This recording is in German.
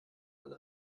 alle